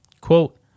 Quote